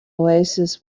oasis